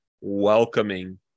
welcoming